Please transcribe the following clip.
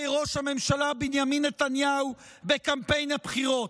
ראש הממשלה בנימין נתניהו בקמפיין הבחירות.